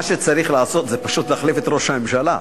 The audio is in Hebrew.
מה שצריך לעשות זה פשוט להחליף את ראש הממשלה.